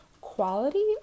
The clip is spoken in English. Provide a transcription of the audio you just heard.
quality